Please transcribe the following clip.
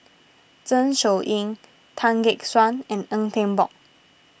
Zeng Shouyin Tan Gek Suan and Tan Eng Bock